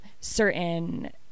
certain